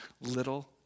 little